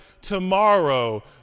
tomorrow